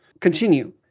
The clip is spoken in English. Continue